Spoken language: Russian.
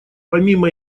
помимо